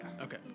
okay